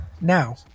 Now